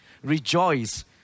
Rejoice